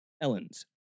Ellens